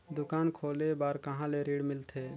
दुकान खोले बार कहा ले ऋण मिलथे?